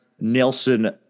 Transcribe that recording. Nelson